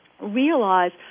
realize